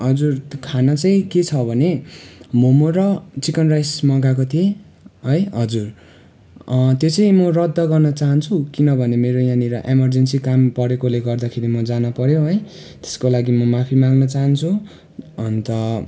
हजुर त्यो खाना चाहिँ के छ भने मोमो र चिकन राइस मगाएको थिएँ है हजुर त्यो चाहिँ म रद्द गर्न चाहन्छु किनभने मेरो यहाँनिर इमर्जेन्सी काम परेकोले गर्दाखेरि म जानपर्यो है त्यसको लागि म माफी माग्न चाहन्छु अन्त